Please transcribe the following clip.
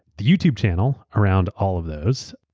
the youtube channel around all of those.